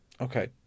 okay